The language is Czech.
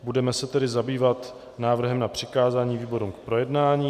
Budeme se tedy zabývat návrhem na přikázání výborům k projednání.